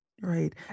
Right